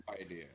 Idea